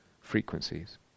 frequencies